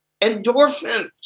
endorphins